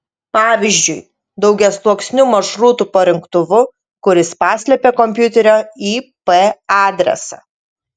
pavyzdžiui daugiasluoksniu maršrutų parinktuvu kuris paslepia kompiuterio ip adresą